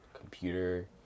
computer